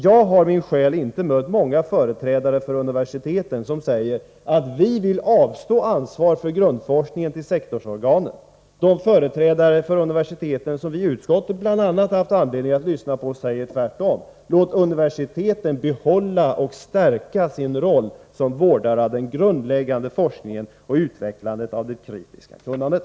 Jag har, min själ, inte mött många företrädare för universiteten som säger att de vill avstå ansvar för grundforskning till sektorsorganen. De företrädare för universiteten som vi i utskottet bl.a. haft anledning att lyssna på säger tvärtom: Låt universiteten behålla och stärka sin roll som vårdare av den grundläggande forskningen och utvecklandet av det kritiska kunnandet.